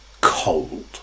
cold